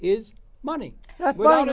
is money well